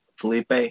Felipe